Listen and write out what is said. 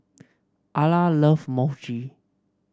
Arla love Mochi